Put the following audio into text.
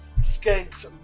Skank's